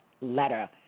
letter